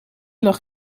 lag